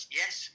yes